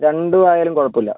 രണ്ടും ആയാലും കുഴപ്പമില്ല